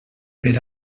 per